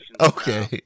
Okay